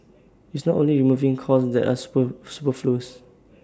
it's not only removing costs that are superfluous